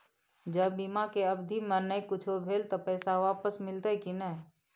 ज बीमा के अवधि म नय कुछो भेल त पैसा वापस मिलते की नय?